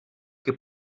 que